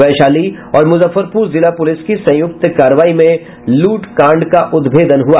वैशाली और मुजफ्फरपुर जिला पुलिस की संयुक्त कार्रवाई में लूटकांड का उद्भेदन हुआ